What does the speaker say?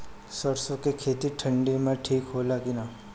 सरसो के खेती ठंडी में ठिक होला कि ना?